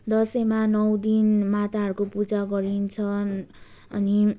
दसैँमा नौ दिन माताहरूको पूजा गरिन्छ अनि